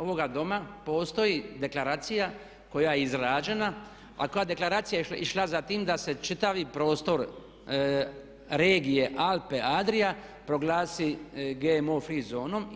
ovoga Doma postoji deklaracija koja je izrađena, a koja deklaracija je išla za tim da se čitavi prostor regije Alpe-Adria proglasi GMO free zonom.